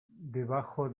debajo